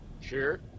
Sure